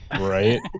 Right